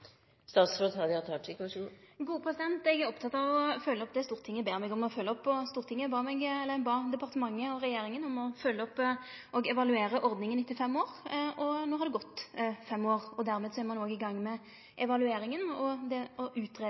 Eg er oppteken av å følgje opp det Stortinget ber meg om å følgje opp, og Stortinget bad departementet og regjeringa om å følgje opp og evaluere ordninga etter fem år. No har det gått fem år, og dermed er ein òg i gang med evalueringa og utgreiinga – som me då får i hende 15. april. Eg meiner at det